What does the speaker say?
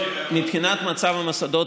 מבחינת מצב המוסדות,